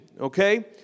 Okay